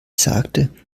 sagte